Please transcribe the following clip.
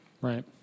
Right